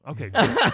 Okay